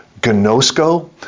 Gnosko